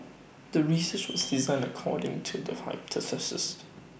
the research was designed according to the hypothesis